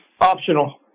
Optional